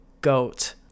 goat